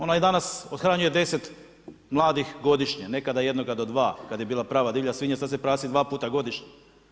Ona danas othranjuje deset mladih godišnje, nekad jedno do dva, kada je bila prava divlja svinja, sad se prasi dva puta godišnje.